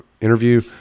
interview